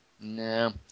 No